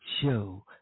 show